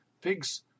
Pigs